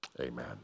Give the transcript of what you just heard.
amen